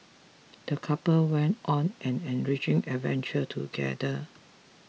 the couple went on an enriching adventure together